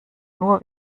nur